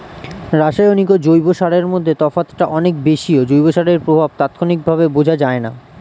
রাসায়নিক ও জৈব সারের মধ্যে তফাৎটা অনেক বেশি ও জৈব সারের প্রভাব তাৎক্ষণিকভাবে বোঝা যায়না